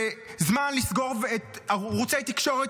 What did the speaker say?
וזמן לסגור ערוצי תקשורת,